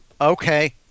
Okay